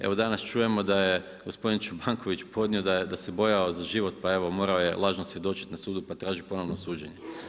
Evo danas čujemo da je gospodin Čobanković podnio da se bojao za život pa evo morao je lažno svjedočiti na sudu pa traži ponovno suđenje.